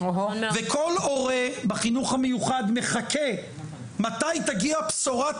וכל הורה בחינוך המיוחד מחכה מתי תגיע בשורת